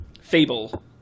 Fable